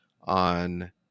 on